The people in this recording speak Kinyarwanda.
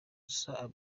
gusa